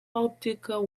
optical